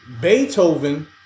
Beethoven